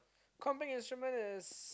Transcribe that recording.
combing instrument is